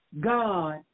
God